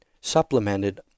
supplemented